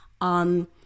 on